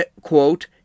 quote